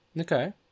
Okay